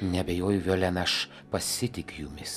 neabejoju violena aš pasitikiu jumis